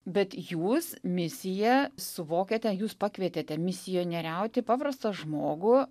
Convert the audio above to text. bet jūs misiją suvokiate jūs pakvietėte misionieriauti paprastą žmogų